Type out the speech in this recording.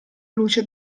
luce